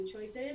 choices